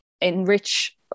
enrich